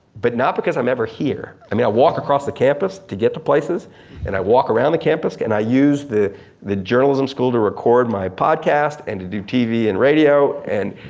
but not because i'm ever here. i mean i walk across the campus to get to places and i walk around the campus and i use the the journalism school to record my podcast and to do tv and radio and,